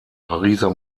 pariser